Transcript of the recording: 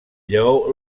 lleó